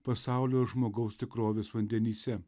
pasaulio žmogaus tikrovės vandenyse